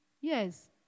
Yes